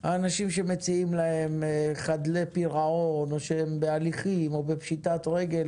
אנשים חדלי פירעון או שנמצאים בהליכים או בפשיטת רגל